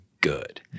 good